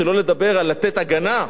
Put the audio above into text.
שלא לדבר על לתת הגנה,